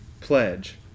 pledge